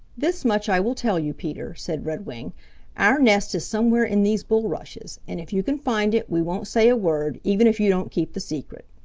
this much i will tell you, peter, said redwing our nest is somewhere in these bulrushes, and if you can find it we won't say a word, even if you don't keep the secret.